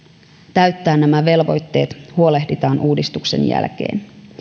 täyttää nämä velvoitteet huolehditaan uudistuksen jälkeen